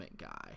guy